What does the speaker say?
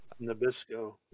Nabisco